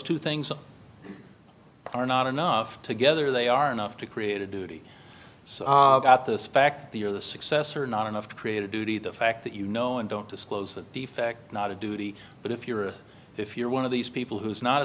two things are not enough together they are enough to create a duty at this factory or the success or not enough to create a duty the fact that you know and don't disclose that defect not a duty but if you're if you're one of these people who is not a